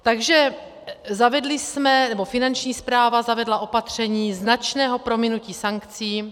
Takže zavedli jsme, nebo Finanční správa zavedla opatření značného prominutí sankcí.